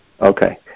Okay